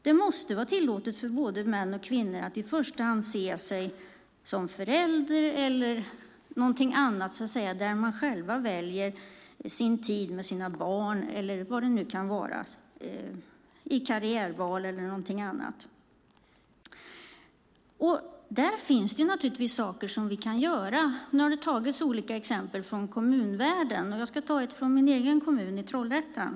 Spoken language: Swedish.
Det måste vara tillåtet för både män och kvinnor att i första hand se sig som förälder eller något annat där de själva väljer sin tid med sina barn eller vad det kan vara, - karriärval eller något annat. Där finns naturligtvis saker som vi kan göra. Det har tagits upp exempel från kommunvärlden. Jag ska ta upp ett exempel från min egen kommun, Trollhättan.